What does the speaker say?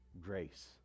grace